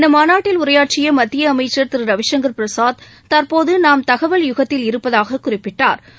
இந்த மாநாட்டில் உரையாற்றிய மத்திய அமைச்சள் திரு ரவிசுங்கள் பிரசாத் தற்போது நாம் தகவல் யுகத்தில் இருப்பதாகக் குறிப்பிட்டாா்